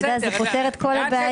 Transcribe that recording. אתה יודע, זה פותר את כל הבעיות.